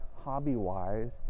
hobby-wise